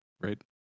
Right